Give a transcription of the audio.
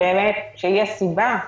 כשיש סיבה,